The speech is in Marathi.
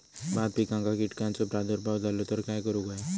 भात पिकांक कीटकांचो प्रादुर्भाव झालो तर काय करूक होया?